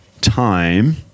time